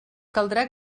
caldrà